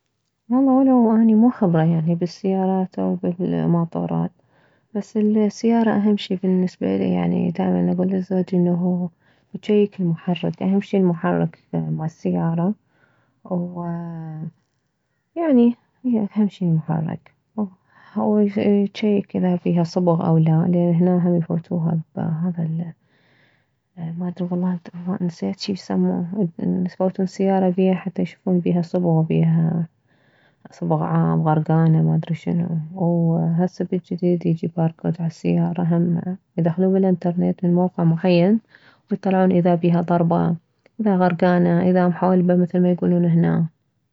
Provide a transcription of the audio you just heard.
والله ولو اني مو خبرة يعني بالسيارات او بالماطورات بس السيارة اهم شي بالنسبة الي يعني دائما اكله لزوجي انه يجيك المحرك اهم شي المحرك مالسيارة ويعني هي اهم شي المحرك ويجيك اذا بيها صبغ او لا لان هنا هم يفوتوها بهذا المادري والله نسيت شيسموه يفوتون السيارة بيه حتى يشوفون بيها صبغ صبغ عام غركانة ما ادري شنو وهسه بالجديد يجي باركود عالسيارة هم يدخلوه بالانترنت من موقع معين ويطلعون اذا بيها ضربة اذا غركانة اذا محولبة مثل ما يكولون هنا